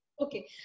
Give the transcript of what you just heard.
okay